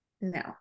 No